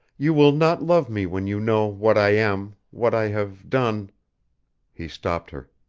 you will not love me when you know what i am what i have done he stopped her.